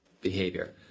behavior